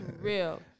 real